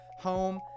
home